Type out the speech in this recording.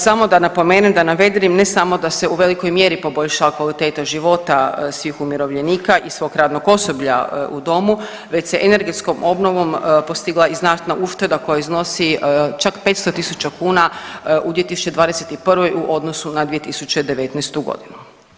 Samo da napomenem da navedenim ne samo da se u velikoj mjeri poboljšala kvaliteta života svih umirovljenika i svog radnog osoblja u domu već se energetskom obnovom postigla i znatna ušteda koja iznosi čak 500 000 kuna u 2021. u odnosu na 2019. godinu.